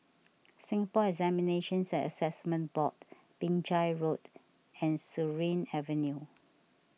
Singapore Examinations and Assessment Board Binjai Road and Surin Avenue